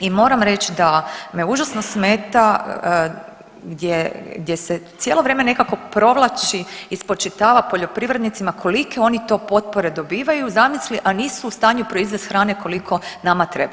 I moram reći da me užasno smeta gdje, gdje se cijelo vrijeme nekako provlači i spočitava poljoprivrednicima kolike oni to potpore dobivaju zamisli, a nisu u stanju proizvesti hrane koliko nama treba.